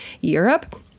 Europe